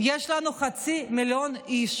יש לנו חצי מיליון איש